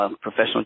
professional